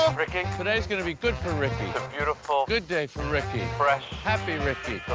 um ricky? today's gonna be good for ricky. a beautiful. good day for ricky. fresh. happy ricky.